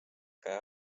käe